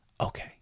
Okay